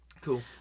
Cool